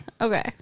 Okay